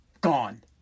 Gone